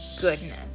goodness